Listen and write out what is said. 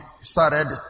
started